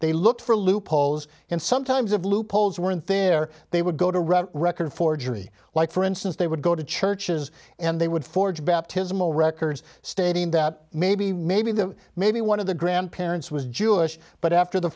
they looked for loopholes and sometimes of loopholes weren't there they would go to run record forgery like for instance they would go to churches and they would forge baptismal records stating that maybe maybe them maybe one of the grandparents was jewish but after the